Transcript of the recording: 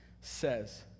says